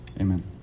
Amen